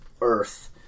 Earth